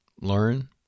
learn